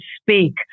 speak